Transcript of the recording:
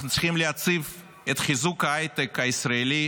אנחנו צריכים להציב את חיזוק ההייטק הישראלי